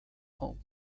home